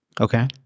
Okay